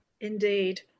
Indeed